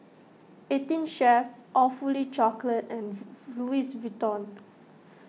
eighteen Chef Awfully Chocolate and Louis Vuitton